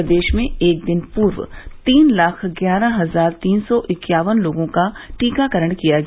प्रदेश में एक दिन पूर्व तीन लाख ग्यारह हजार तीन सौ इक्यावन लोगों का टीकाकरण किया गया